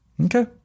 Okay